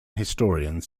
historians